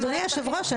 אדוני היושב-ראש,